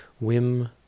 whim